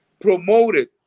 promoted